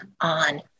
on